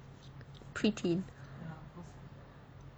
preteen